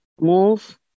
Move